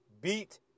Beat